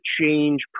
change